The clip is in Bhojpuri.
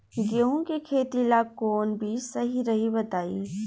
गेहूं के खेती ला कोवन बीज सही रही बताई?